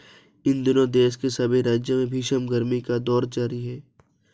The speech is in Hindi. इन दिनों देश के सभी राज्यों में भीषण गर्मी का दौर जारी है